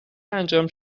انجام